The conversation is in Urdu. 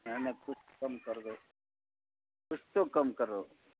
نہیں نہیں کچھ تو کم کر دو کچھ تو کم کرو